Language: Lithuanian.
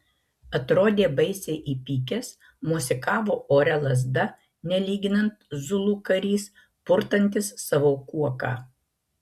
atrodė baisiai įpykęs mosikavo ore lazda nelyginant zulų karys purtantis savo kuoką